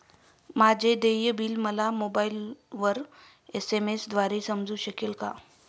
माझे देय बिल मला मोबाइलवर एस.एम.एस द्वारे समजू शकेल का?